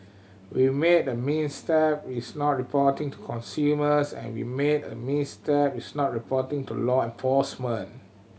we made a misstep is not reporting to consumers and we made a misstep is not reporting to law enforcement